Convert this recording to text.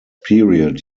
period